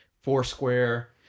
Foursquare